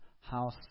house